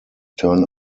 turn